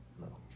No